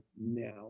now